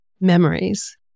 memories